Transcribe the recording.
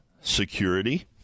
security